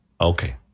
Okay